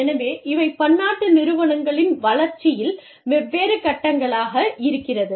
எனவே இவை பன்னாட்டு நிறுவனங்களின் வளர்ச்சியில் வெவ்வேறு கட்டங்களாக இருக்கிறது